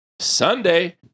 Sunday